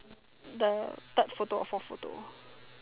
the third photo or forth photo